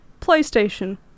PlayStation